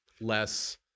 less